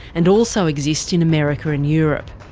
and also exist in america and europe.